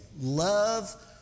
Love